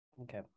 Okay